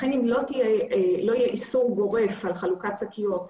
לכן אם לא יהיה איסוף גורף על חלוקת שקיות,